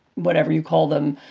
whatever you call them,